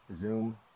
Zoom